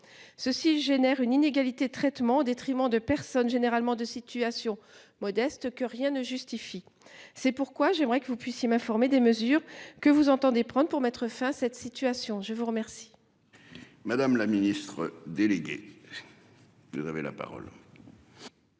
ceci génère une inégalité de traitement au détriment de personnes généralement de situation modeste que rien ne justifie. C'est pourquoi j'aimerais que vous puissiez m'informer des mesures que vous entendez prendre pour mettre fin à cette situation, je vous remercie. Madame la Ministre déléguée. Vous avez la parole.